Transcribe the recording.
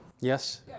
Yes